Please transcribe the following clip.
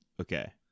Okay